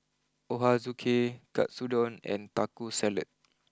Ochazuke Katsudon and Taco Salad